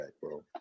bro